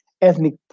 ethnic